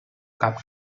cap